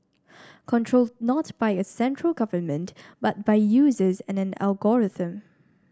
controlled not by a central government but by users and an algorithm